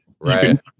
right